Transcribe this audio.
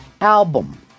album